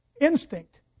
Instinct